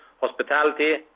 hospitality